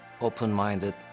open-minded